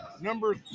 number